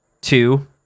two